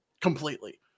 completely